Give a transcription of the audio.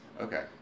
Okay